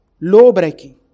law-breaking